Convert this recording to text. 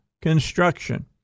construction